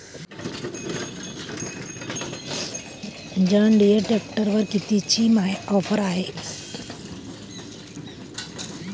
John Deere ट्रॅक्टरवर कितीची offer हाये?